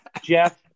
Jeff